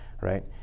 Right